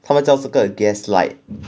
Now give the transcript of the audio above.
他们叫这个 gaslight